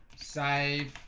save